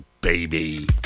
baby